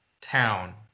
town